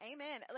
Amen